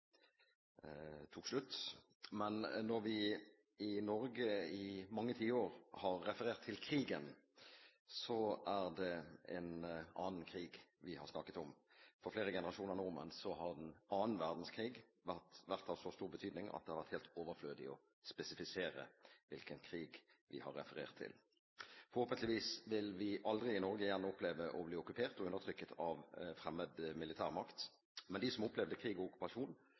tok slutt. Men når vi i Norge i mange tiår har referert til krigen, er det en annen krig vi har snakket om. For flere generasjoner nordmenn har annen verdenskrig vært av så stor betydning at det har vært helt overflødig å spesifisere hvilken krig vi har referert til. Forhåpentligvis vil vi aldri i Norge igjen oppleve å bli okkupert og undertrykt av fremmed militærmakt. Men de som opplevde krig og okkupasjon,